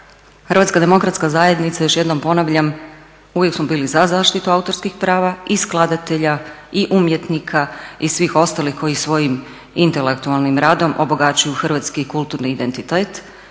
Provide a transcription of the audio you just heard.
Hrvatska demokratska zajednica još jednom ponavljam, uvijek smo bili za zaštitu autorskih prava i skladatelja i umjetnika i svih ostalih koji svojim intelektualnim radom obogaćuju hrvatski kulturni identitet